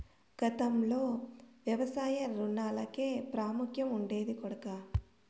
గతంలో వ్యవసాయ రుణాలకే ప్రాముఖ్యం ఉండేది కొడకా